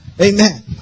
Amen